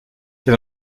dans